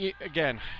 again